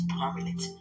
permanent